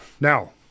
now